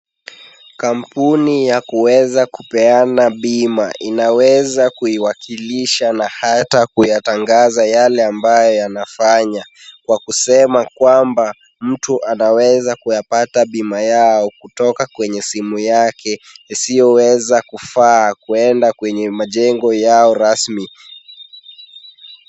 Kampuni ya kuweza kupeana bima inaweza kuiwakilsha na hata kuyatangaza yake ambayo yanafanya kwa kusema kwamba, mtu anaweza kuyapata bima yao kutoka kwenye simu yake isiyoweza kufaa kuenda kwenye mjengo yao rasmi.